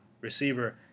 receiver